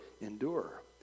endure